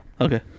Okay